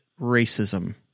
racism